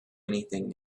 anything